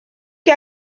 que